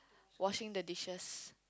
washing the dishes